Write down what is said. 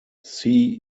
see